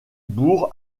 bourg